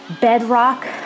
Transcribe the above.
bedrock